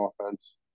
offense